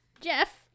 jeff